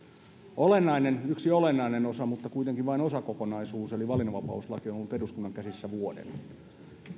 yksi olennainen osa mutta kuitenkin vain osakokonaisuus eli valinnanvapauslaki on ollut eduskunnan käsissä vuoden